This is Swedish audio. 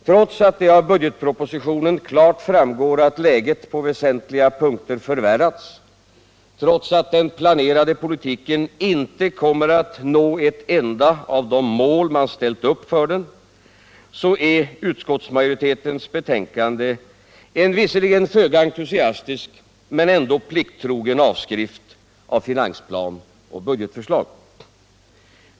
Trots att det av budgetpropositionen klart framgår att läget på väsentliga punkter förvärrats, trots att den planerade politiken inte kommer att nå ett enda av de mål man ställt upp är utskottsmajoritetens betänkande en visserligen föga entusiastisk men ändå plikttrogen avskrift av finansplan och budgetförslag.